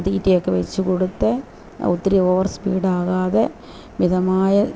തീറ്റയൊക്കെ വെച്ചുകൊടുത്ത് ഒത്തിരി ഓവർ സ്പീഡാകാതെ മിതമായ